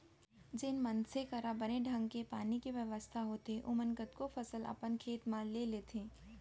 जेन मनसे करा बने ढंग के पानी के बेवस्था होथे ओमन कतको फसल अपन खेत म ले लेथें